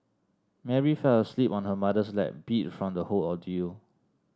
Mary fell asleep on her mother's lap beat from the whole ordeal